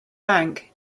bank